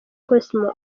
cosmos